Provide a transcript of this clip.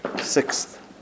sixth